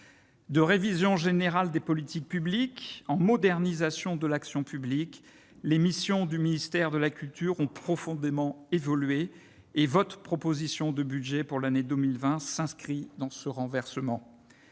De révision générale des politiques publiques en modernisation de l'action publique, les missions du ministère de la culture ont profondément évolué et votre proposition de budget pour l'année 2020, monsieur le ministre,